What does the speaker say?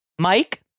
Mike